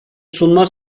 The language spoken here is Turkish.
sunma